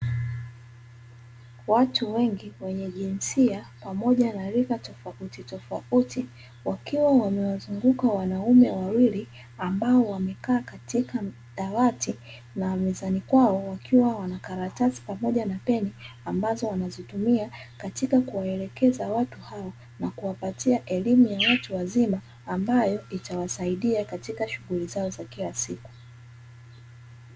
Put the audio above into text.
Watu wengi wenye jinsia pamoja na rika tofauti tofauti wakiwa wamewazunguka wanaume wawili wakiwa ambao wamekaa katika dawati na mezani kwao wakiwa wana karatasi pamoja na peni ambazo wanazitumia katika kuwaelekeza watu hao na kuwapatia elimu ya watu wazima ambayo itawasaidia katika shughuli zao za kila siku.